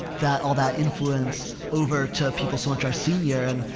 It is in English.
that, all that influence over to people so much our senior. and,